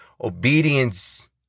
Obedience